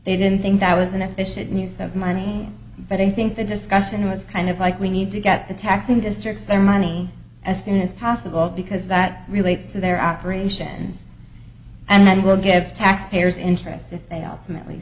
they didn't think that was an efficient use of money but i think the discussion was kind of like we need to get the taxing districts their money as soon as possible because that relates to their operations and will give taxpayers interest if they are mentally